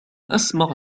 أسمع